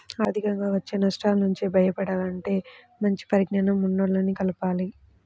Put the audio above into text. ఆర్థికంగా వచ్చే నష్టాల నుంచి బయటపడాలంటే మంచి పరిజ్ఞానం ఉన్నోల్లని కలవాలి